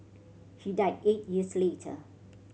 he died eight years later